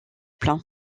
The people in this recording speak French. plein